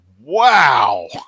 wow